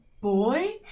boy